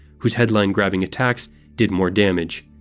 whose headline-grabbing attacks did more damage.